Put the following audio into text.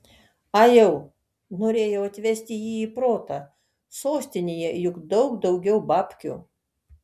ajau norėjau atvesti jį į protą sostinėje juk daug daugiau babkių